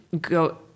go